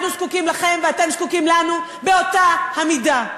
אנחנו זקוקים לכם ואתם זקוקים לנו באותה המידה.